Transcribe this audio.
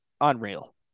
unreal